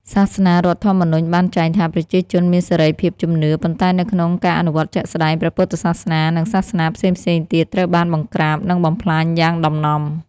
សាសនារដ្ឋធម្មនុញ្ញបានចែងថា ប្រជាជនមានសេរីភាពជំនឿ ប៉ុន្តែនៅក្នុងការអនុវត្តជាក់ស្ដែង ព្រះពុទ្ធសាសនា និងសាសនាផ្សេងៗទៀតត្រូវបាន បង្ក្រាប និងបំផ្លាញ យ៉ាងដំណំ។